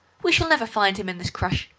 we shall never find him in this crush.